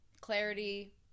Clarity